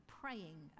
praying